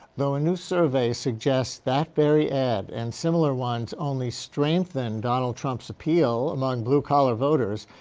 though a new survey suggests that very ad and similar ones only strengthen donald trump's appeal among blue-collar voters,